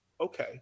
okay